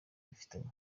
bifitanye